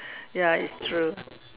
ya it's true